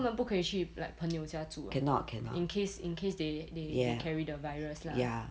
so 他们不可以去 like 朋友家住 ah in case in case they they carry the virus lah